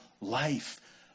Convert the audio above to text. life